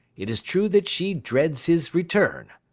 it is true that she dreads his return.